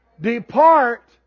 Depart